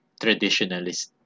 traditionalist